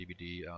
DVD